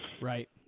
Right